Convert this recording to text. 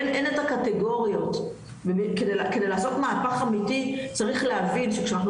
אין את הקטגוריות וכדי לעשות מהפך אמיתי צריך להבין שכשאנחנו